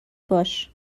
باش